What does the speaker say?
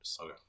Okay